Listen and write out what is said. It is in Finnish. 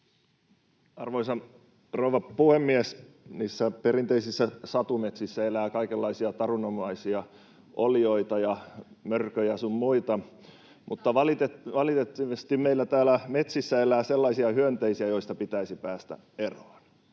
Arvoisa rouva puhemies! Niissä perinteisissä satumetsissä elää kaikenlaisia tarunomaisia olioita ja mörköjä sun muita, [Perussuomalaisten ryhmästä: Yksisarvisia!] mutta valitettavasti meillä täällä metsissä elää sellaisia hyönteisiä, joista pitäisi päästä eroon.